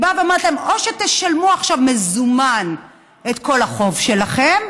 היא באה ואומרת להם: או שתשלמו עכשיו במזומן את כל החוב שלכם,